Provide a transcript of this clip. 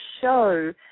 show